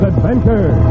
Adventure